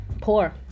poor